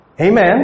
Amen